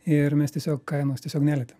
ir mes tiesiog kainos tiesiog nelietėm